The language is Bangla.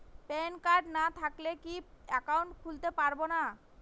প্যান কার্ড না থাকলে কি একাউন্ট খুলতে পারবো না?